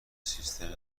سیستم